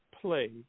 play